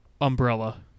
Umbrella